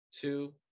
Two